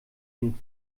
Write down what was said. den